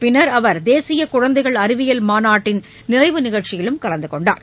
பின்னர் அவர் தேசியகுழந்தைகள் அறிவியல் மாநாட்டின் நிறைவு நிகழ்ச்சியிலும் கலந்துகொண்டார்